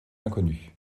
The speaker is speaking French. inconnus